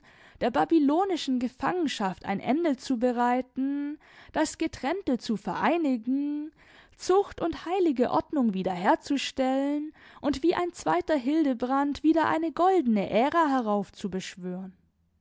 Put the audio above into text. der babylonischen gefangenschaft ein ende zu bereiten das getrennte zu vereinigen zucht und heilige ordnung wieder herzustellen und wie ein zweiter hildebrand wieder eine goldene ära